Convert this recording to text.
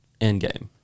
endgame